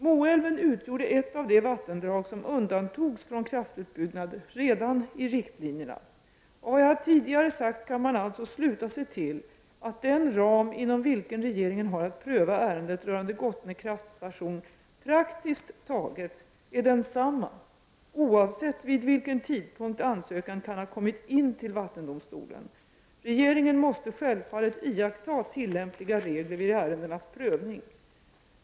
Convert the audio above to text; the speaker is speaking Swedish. Moälven utgjorde ett av de vattendrag som undantogs från kraftutbyggnad redan i riktlinjerna. Av vad jag tidigare sagt kan man alltså sluta sig till att den ram inom vilken regeringen har att pröva ärendet rörande Gottne kraftstation praktiskt taget är densamma oavsett vid vilken tidpunkt ansökan kan ha kommit in till vattendomstolen. Regeringen måste självfallet iaktta tillämpliga regler vid ärendenas prövning.